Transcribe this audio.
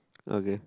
okay